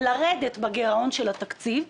לרדת בגרעון של התקציב,